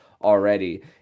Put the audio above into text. already